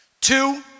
Two